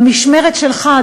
במשמרת שלך,